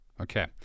Okay